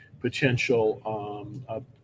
potential